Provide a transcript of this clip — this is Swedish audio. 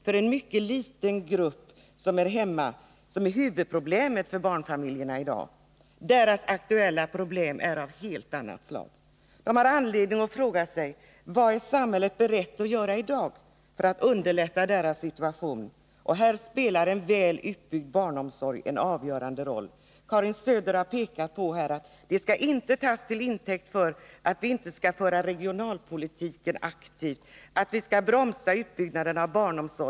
Huvudproblemet när det gäller barnfamiljerna, är problem av ett helt annat slag. Dessa människor har anledning att fråga sig vad samhället är berett att göra i dag för att underlätta deras situation. Här spelar en väl utbyggd barnomsorg en avgörande roll. Karin Söder har sagt att det här inte skall tas till intäkt för att vi inte skall föra en aktiv regionalpolitik och för att vi skall bromsa utbyggnaden av barnomsorgen.